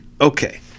Okay